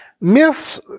Myths